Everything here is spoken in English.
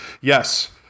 yes